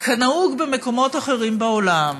כנהוג במקומות אחרים בעולם,